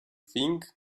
thing